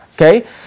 okay